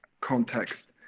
context